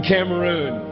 Cameroon